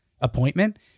appointment